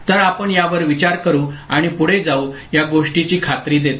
तर आपण यावर विचार करू आणि पुढे जाऊ या गोष्टीची खात्री देते